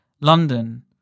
London